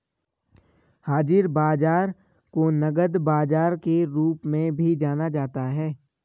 हाज़िर बाजार को नकद बाजार के रूप में भी जाना जाता है